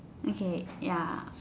okay ya